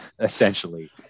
essentially